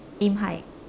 aim high